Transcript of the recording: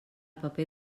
paper